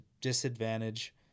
disadvantage